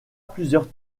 plusieurs